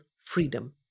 freedom